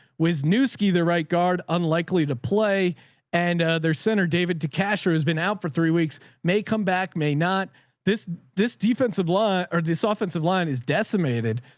whiz new ski, the right guard, unlikely to play and their center. david de cacher has been out for three weeks may come back. may not this, this defensive line or this offensive line is decimated.